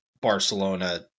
Barcelona